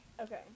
Okay